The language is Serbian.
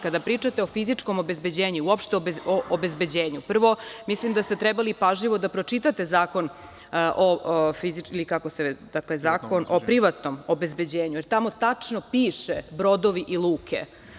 Kada pričate o fizičkom obezbeđenju, i uopšte o obezbeđenju, prvo, mislim da ste trebali pažljivo da pročitate Zakon o privatnom obezbeđenju, jer tamo tačno piše - brodovi i luke.